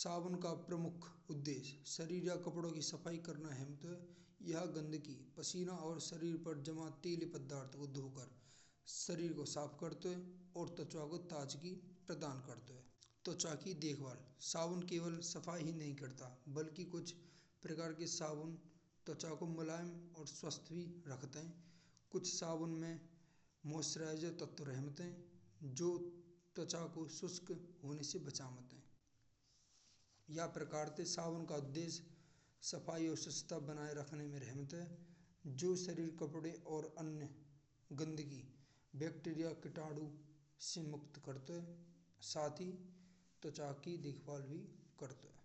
सावन का प्रमुख उद्देश्य कपड़ों की सफाई करना है। यह गंदा पसीना और शरीर पर जमा तैलीय पदार्थ को धोकर शरीर को साफ करता है। और त्वचा को ताजगी प्रदान करता है। त्वचा की देखभाल: सावन केवल सफाई नहीं करता बल्कि कुछ प्रकार की मुलायमता और स्वास्थ्य रखता है। कुछ साबुन में मॉइश्चराइजिंग तत्व रहते हैं। जो त्वचा को सूखने से बचाता है। यह प्रकार से साबुन का उद्देश्य सफाई और स्वच्छता बनाए रखने में रहता है। जो शरीर को कपड़े वा अन्य गंदगी: बैक्टेरिया, कीटाणु से मुक्त करता है। साथ ही त्वचा की देखभाल भी करता है।